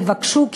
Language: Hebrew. תבקשו,